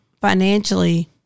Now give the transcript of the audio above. financially